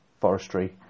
forestry